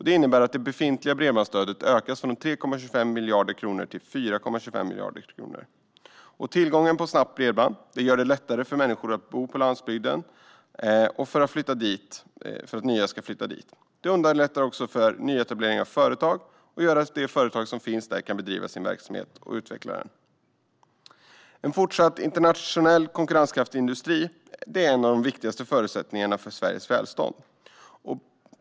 Det innebär att det befintliga bredbandsstödet ökar från 3,25 miljarder kronor till 4,25 miljarder kronor. Tillgången till snabbt bredband gör det lättare för människor på landsbygden att bo kvar och för nya att flytta dit. Det underlättar också för nyetablering av företag och gör att de företag som finns där kan fortsätta att bedriva och utveckla sin verksamhet. En fortsatt internationellt konkurrenskraftig industri är en av de viktigaste förutsättningarna för Sveriges välstånd.